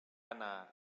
anar